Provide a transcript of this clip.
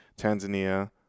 Tanzania